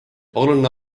oluline